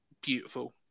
beautiful